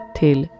till